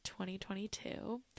2022